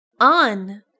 On